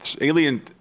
Alien